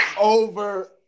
over